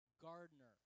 gardener